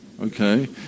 Okay